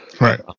Right